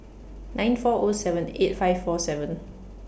nine four O seven eight five four seven